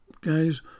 guys